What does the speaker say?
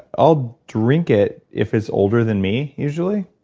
i'll drink it if it's older than me, usually.